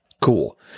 Cool